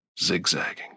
zigzagging